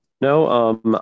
No